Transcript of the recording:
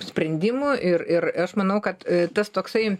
sprendimų ir ir aš manau kad tas toksai